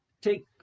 take